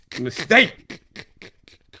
Mistake